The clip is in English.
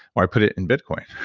or i put it in bitcoin.